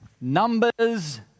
Numbers